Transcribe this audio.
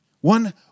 One